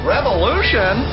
Revolution